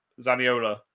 Zaniola